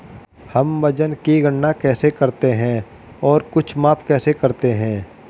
हम वजन की गणना कैसे करते हैं और कुछ माप कैसे करते हैं?